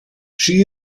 she